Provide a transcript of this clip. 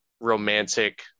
romantic